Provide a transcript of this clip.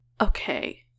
okay